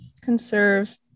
conserve